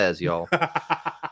y'all